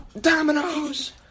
Dominoes